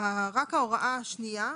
רק ההוראה השנייה,